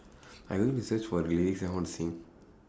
I only research for lyrics that I want to sing